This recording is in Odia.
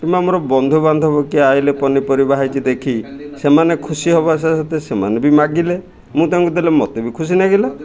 କିମ୍ବା ଆମର ବନ୍ଧୁବାନ୍ଧବ କିଏ ଆଇଲେ ପନିପରିବା ହେଇଛି ଦେଖି ସେମାନେ ଖୁସି ହବା ସତେ ସେମାନେ ବି ମାଗିଲେ ମୁଁ ତାଙ୍କୁ ଦେଲେ ମୋତେ ବି ଖୁସି ଲାଗିଲା